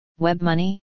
WebMoney